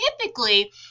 typically